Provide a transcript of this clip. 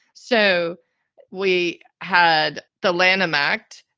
so we had the lanham act,